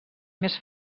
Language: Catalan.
més